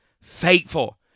faithful